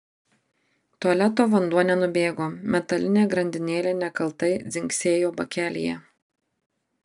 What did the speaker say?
tualeto vanduo nenubėgo metalinė grandinėlė nekaltai dzingsėjo bakelyje